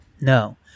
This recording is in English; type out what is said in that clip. no